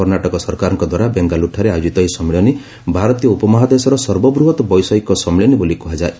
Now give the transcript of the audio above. କର୍ଣ୍ଣାଟକ ସରକାରଙ୍କ ଦ୍ୱାରା ବେଙ୍ଗାଲୁରଠାରେ ଆୟୋଜିତ ଏହି ସମ୍ମିଳନୀ ଭାରତୀୟ ଉପମହାଦେଶର ସର୍ବବୃହତ ବୈଷୟିକ ସମ୍ମିଳନୀ ବୋଲି କୁହାଯାଏ